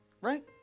right